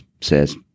says